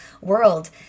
world